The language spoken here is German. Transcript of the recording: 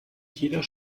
jeder